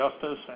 justice